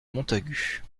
montagut